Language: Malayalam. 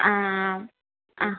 ആ ആ ആ